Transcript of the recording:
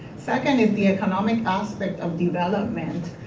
second is the economic aspect of development.